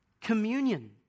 communion